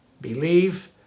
believe